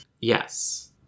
Yes